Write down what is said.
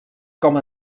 com